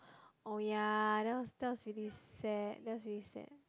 oh ya that was that was really sad that was really sad